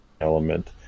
element